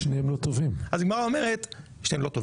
אז הגמרא אומרת --- כי שניהם לא טובים.